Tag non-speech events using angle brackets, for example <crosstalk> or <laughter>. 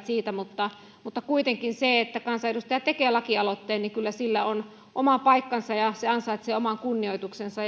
<unintelligible> siitä mutta mutta kuitenkin sillä että kansanedustaja tekee lakialoitteen on kyllä oma paikkansa ja se ansaitsee oman kunnioituksensa